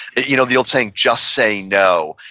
you know, the old saying, just say no,